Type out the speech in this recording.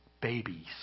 babies